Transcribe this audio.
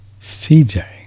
CJ